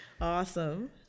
Awesome